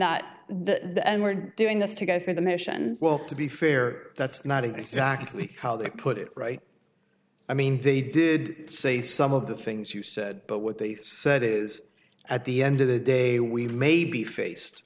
not the were doing this to go for the mission well to be fair that's not exactly how they put it right i mean they did say some of the things you said but what they said is at the end of the day we may be faced